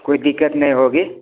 कोई दिक्कत नहीं होगी